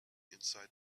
inside